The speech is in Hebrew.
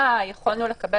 הולם,